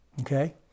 Okay